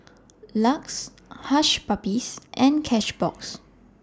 LUX Hush Puppies and Cashbox